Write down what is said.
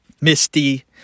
Misty